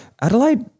Adelaide